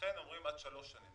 ולכן אומרים עד שלוש שנים.